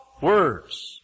words